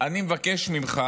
אני מבקש ממך